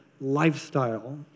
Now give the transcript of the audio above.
lifestyle